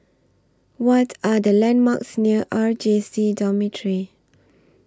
What Are The landmarks near R J C Dormitory